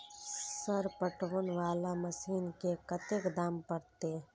Sir पटवन वाला मशीन के कतेक दाम परतें?